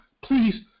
please